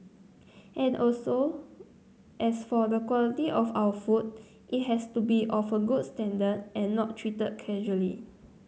at also as for the quality of our food it has to be of a good standard and not treated casually